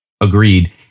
Agreed